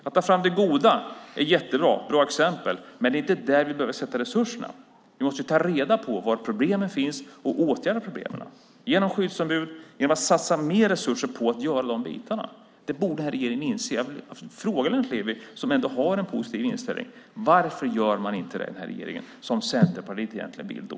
Att ta fram goda exempel är jättebra, men det är inte där vi behöver sätta in resurserna. Vi måste ta reda på var problemen finns och åtgärda dem. Det gör vi genom skyddsombud och genom att satsa mer resurser på att göra de bitarna. Det borde den här regeringen inse. Jag frågar Lennart Levi som ändå har en positiv inställning: Varför gör man inte som Centerpartiet vill i regeringen?